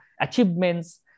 achievements